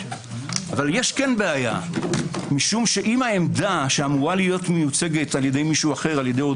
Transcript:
אבל יש כן בעיה משום שאם העמדה שאמורה להיות מיוצגת על ידי מישהו אחר,